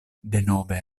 denove